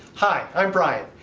hi, i'm brian.